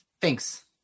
Thanks